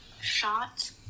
shot